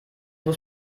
muss